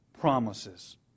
promises